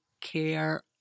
care